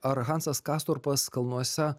ar hansas kastorpas kalnuose